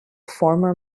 former